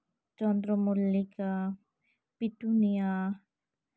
ᱪᱚᱱᱫᱨᱚ ᱢᱚᱞᱞᱤᱠᱟ ᱯᱤᱴᱩᱱᱤᱭᱟ